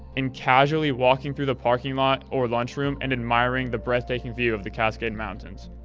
and casually walking through the parking lot or lunchroom and admiring the breathtaking view of the cascade mountains.